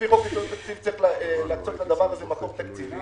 לפי חוק יסודות התקציב יש למצוא לדבר הזה מקור תקציבי.